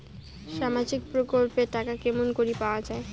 সামাজিক প্রকল্পের টাকা কেমন করি পাওয়া যায়?